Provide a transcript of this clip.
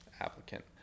applicant